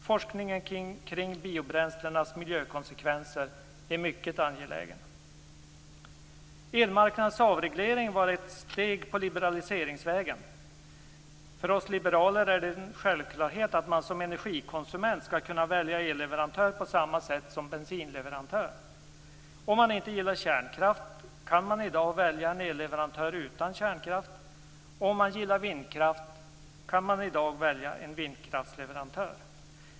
Forskning kring biobränslenas miljökonsekvenser är mycket angelägen. Elmarknadens avreglering var ett steg på liberaliseringsvägen. För oss liberaler är det en självklarhet att man som energikonsument skall kunna välja elleverantör på samma sätt som bensinleverantör. Om man inte gillar kärnkraft kan man i dag välja en elleverantör utan kärnkraft, och om man gillar vindkraft kan man i dag välja en vindkraftsleverantör.